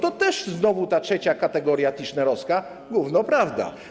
To też znowu ta trzecia kategoria tischnerowska - gówno prawda.